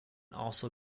also